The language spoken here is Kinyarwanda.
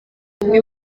umwe